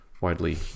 widely